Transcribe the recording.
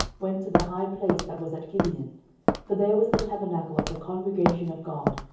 went to the high place that was at gibeon for there was the tabernacle of the congregation of god,